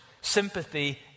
sympathy